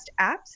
apps